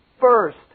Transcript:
first